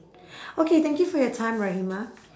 okay thank you for your time rahimah